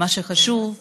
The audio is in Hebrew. ומה שחשוב,